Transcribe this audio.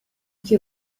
cube